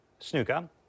Snuka